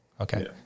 Okay